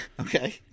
Okay